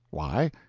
why?